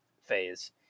phase